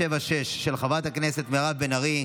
פ/976/25, של חברת הכנסת מירב בן ארי.